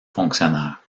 fonctionnaires